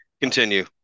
Continue